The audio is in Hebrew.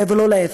ולא להפך.